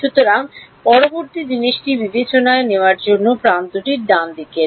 সুতরাং পরবর্তী জিনিসটি বিবেচনায় নেওয়ার জন্য প্রান্তটি ডান দিকের